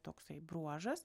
toksai bruožas